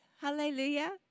Hallelujah